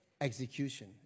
Execution